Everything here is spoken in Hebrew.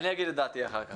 אני אגיד את דעתי אחר כך.